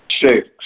Six